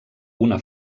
una